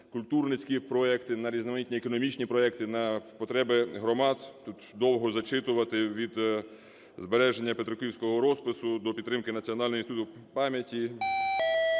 культурницькі проекти, на різноманітні економічні проекти, на потреби громад. Тут довго зачитувати. Від збереження петриківського розпису до підтримки Національного інституту пам'яті.